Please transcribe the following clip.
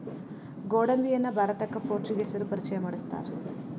ಗೋಡಂಬಿಯನ್ನಾ ಭಾರತಕ್ಕ ಪೋರ್ಚುಗೇಸರು ಪರಿಚಯ ಮಾಡ್ಸತಾರ